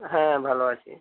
হ্যাঁ ভালো আছি